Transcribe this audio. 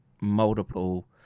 multiple